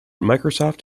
microsoft